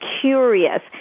curious